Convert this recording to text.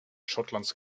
schottlands